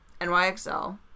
NYXL